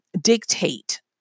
dictate